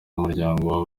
w’umuryango